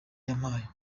bampaye